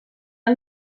han